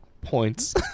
points